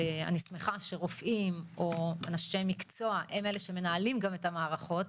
שאני שמחה שרופאים או אנשי מקצוע הם אלה שמנהלים את המערכות,